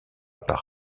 par